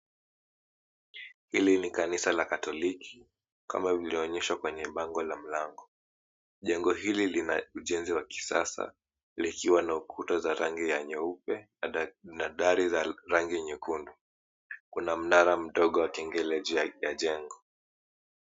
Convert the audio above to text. Hili ni kanisa la katoliki, kama vile waonyeshwa kwenye bango la mlango. Jengo hili linaujenzi wa kisasa likiwa na ukuta za rangi za nyeupe na dari za rangi nyekundu. Kuna mnara mdogo wa tengele juu ya njengo.